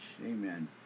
Amen